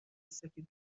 سفید